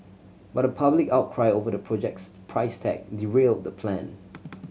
but a public outcry over the project's price tag derailed that plan